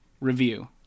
review